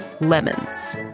lemons